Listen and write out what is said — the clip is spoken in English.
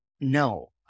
No